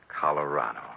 Colorado